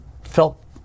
felt